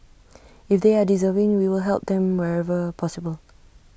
if they are deserving we will help them wherever possible